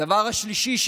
הדבר השלישי,